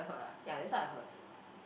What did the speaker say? ya that's what I heard also